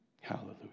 Hallelujah